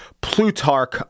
Plutarch